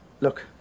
Look